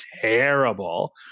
terrible